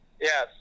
Yes